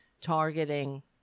targeting